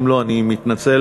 אם לא, אני מתנצל.